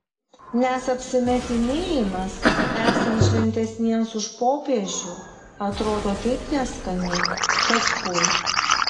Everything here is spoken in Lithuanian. nes apsimetinėjimas esant šventesniems už popiežių atrodo taip neskaniai kad fui